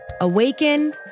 Awakened